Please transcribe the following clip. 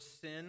sin